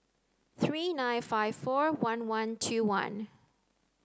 three nine five four one one two one